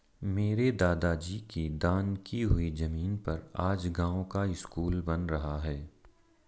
मेरे दादाजी की दान की हुई जमीन पर आज गांव का स्कूल बन रहा है